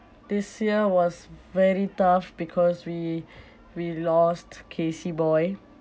this year was very tough because we we lost casey boy